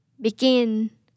Begin